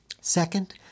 Second